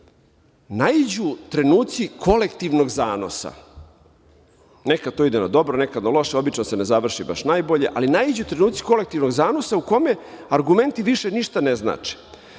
naiđu trenuci kolektivnog zanosa. Nekada to ide na dobro, nekada na loše. Obično se ne završi baš najbolje, ali naiđu trenuci kolektivnog zanosa u kome argumenti više ništa ne znače. Do